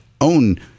own